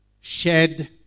Shed